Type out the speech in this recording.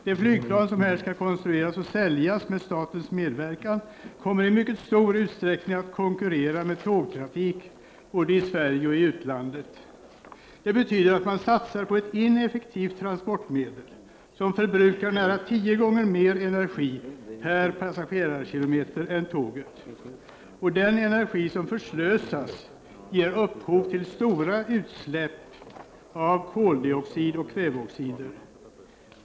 Det flygplan som här skall konstrueras och säljas med statens medverkan kommer i mycket stor utsträckning att konkurrera med tågtrafik både i Sverige och i utlandet. Det betyder att man satsar på ett ineffektivt transportmedel som förbrukar nära tio gånger mer energi per passagerarkilometer än tåget, och den energi som förslösas ger upphov till stora utsläpp av koldioxid och kväveoxider.